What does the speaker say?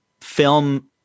film